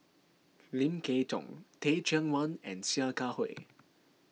Lim Kay Tong Teh Cheang Wan and Sia Kah Hui